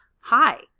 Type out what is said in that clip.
hi